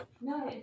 No